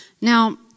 Now